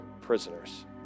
prisoners